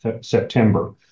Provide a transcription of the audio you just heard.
September